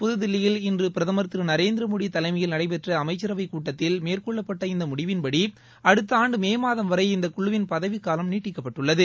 புதுதில்லியில் இன்று பிரதம் திரு நரேந்திரமோடி தலைமையில் நடைபெற்ற அமைச்சரவைக் கூட்டத்தில் மேற்கொள்ளப்பட்ட இந்த முடிவின்படி அடுத்த ஆண்டு மே மாதம் வரை இந்த குழுவின் பதவிக்காலம் நீட்டிக்கப்பட்டுள்ளது